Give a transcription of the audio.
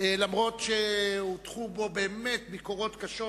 אף-על-פי שהוטחו בו באמת ביקורות קשות